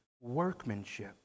workmanship